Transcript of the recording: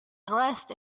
dressed